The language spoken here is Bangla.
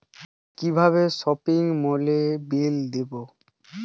কিভাবে সপিং মলের বিল দেবো?